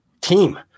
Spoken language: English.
team